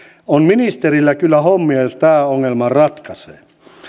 on ministerillä kyllä hommia jos tämän ongelman ratkaisee